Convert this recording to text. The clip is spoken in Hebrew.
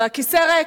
והכיסא ריק,